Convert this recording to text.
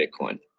Bitcoin